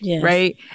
Right